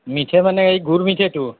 মিঠা মানে এই গুৰ মিঠাটো